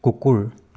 কুকুৰ